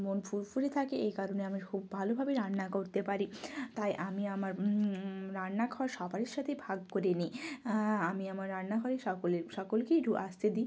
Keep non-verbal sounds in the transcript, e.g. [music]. মন ফুরফুরে থাকে এই কারণে আমি খুব ভালোভাবে রান্না করতে পারি তাই আমি আমার রান্নাঘর সবারই সাথে ভাগ করে নিই আমি আমার রান্নাঘরে সকলের সকলকেই [unintelligible] আসতে দিই